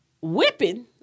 whipping